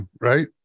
right